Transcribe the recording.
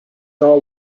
are